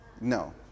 no